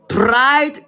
pride